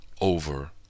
over